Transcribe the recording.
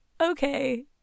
Okay